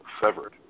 severed